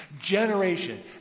Generation